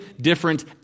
different